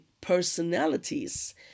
personalities